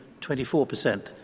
24%